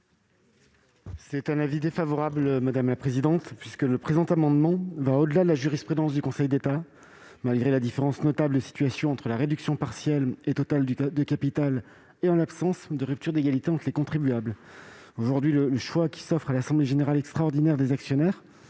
est l'avis du Gouvernement ? Cet amendement va au-delà de la jurisprudence du Conseil d'État, malgré la différence notable de situation entre la réduction partielle et totale du capital et en l'absence de rupture d'égalité entre les contribuables. Aujourd'hui, le choix qui s'offre à l'assemblée générale extraordinaire des actionnaires,